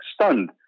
stunned